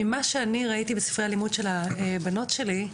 ממה שאני ראיתי בספרי הלימוד של הבנות שלי,